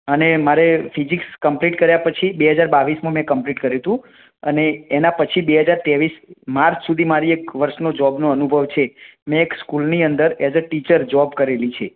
અને મારે physics complete કર્યાં પછી બે હજાર બાવીસમાં મેં કમ્પ્લીટ કર્યું હતું અને એના પછી બે હજાર તેવીસ માર્ચ સુધી મારી એક વર્ષનો જોબનો અનુભવ છે મેં એક સ્કૂલની અંદર એસ અ ટીચર જોબ કરેલી છે